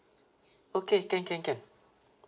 okay can can can